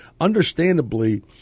understandably